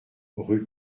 rue